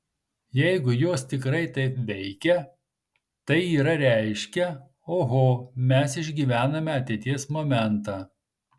jeigu jos tikrai taip veikia tai yra reiškia oho mes išgyvename ateities momentą